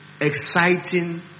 exciting